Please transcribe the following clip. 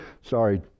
sorry